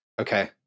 Okay